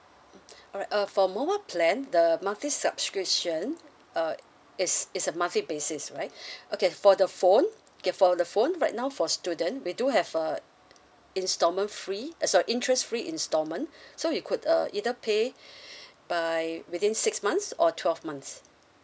mm alright uh for mobile plan the monthly subscription uh it's it's a monthly basis right okay for the phone okay for the phone right now for student we do have uh instalment free eh sorry interest free instalment so you could uh either pay by within six months or twelve months